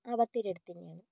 ആ ബത്തേരി അടുത്തു തന്നെയാണ്